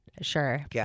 sure